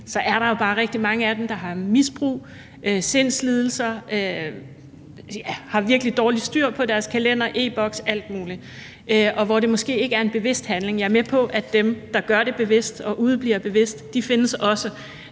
at der bare er rigtig mange af dem, der har et misbrug, har sindslidelser og har virkelig dårligt styr på deres kalender, e-Boks og alt muligt, og hvor det måske ikke er en bevidst handling. Jeg er med på, at dem, der gør det bevidst og udebliver bevidst, også findes,